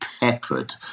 peppered